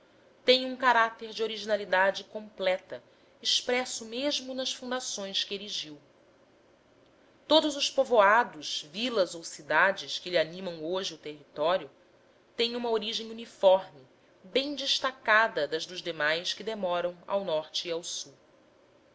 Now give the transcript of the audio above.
tem um caráter de originalidade completa expressa mesma nas fundações que erigiu todos os povoados vilas ou cidades que lhe animam hoje o território têm uma origem uniforme bem destacada da dos demais que demoram ao norte e ao sul